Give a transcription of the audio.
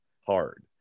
hard